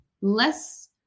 less